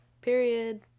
Period